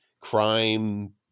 Crime